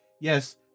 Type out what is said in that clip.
Yes